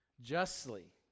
justly